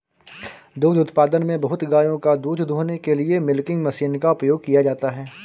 दुग्ध उत्पादन में बहुत गायों का दूध दूहने के लिए मिल्किंग मशीन का उपयोग किया जाता है